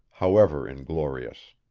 however inglorious.